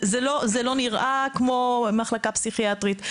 זה לא נראה כמו מחלקה פסיכיאטרית,